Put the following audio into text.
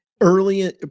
Early